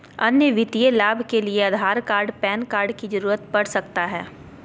अन्य वित्तीय लाभ के लिए आधार कार्ड पैन कार्ड की जरूरत पड़ सकता है?